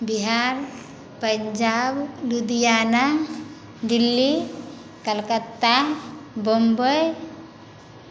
Bihar Punjab Ludhiana Delhi Calcutta Bombay